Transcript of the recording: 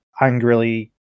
angrily